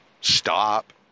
stop